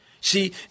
See